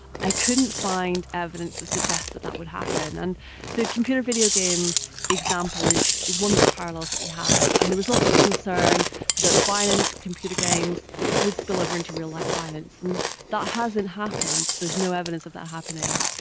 i couldn't find evidence to suggest that that would happen. and the computer video game example is is one of the parallels that we have, and there was lots of concern that violent computer games would spill over into real-life violence, and that hasn't happened, there is no evidence of that happening.